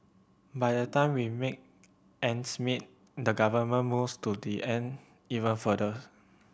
by the time we make ends meet the government moves to the end even further